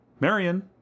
Marion